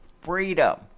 freedom